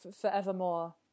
forevermore